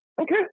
okay